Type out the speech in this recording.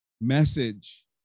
message